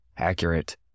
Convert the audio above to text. accurate